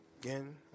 again